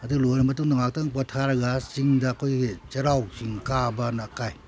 ꯑꯗꯨ ꯂꯣꯏꯔ ꯃꯇꯨꯡꯗ ꯉꯥꯛꯇꯪ ꯄꯣꯊꯥꯔꯒ ꯆꯤꯡꯗ ꯑꯩꯈꯣꯏꯒꯤ ꯆꯩꯔꯥꯎ ꯆꯤꯡ ꯀꯥꯕꯅ ꯀꯥꯏ